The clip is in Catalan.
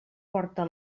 porta